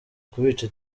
kubica